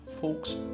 folks